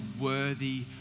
worthy